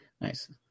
Nice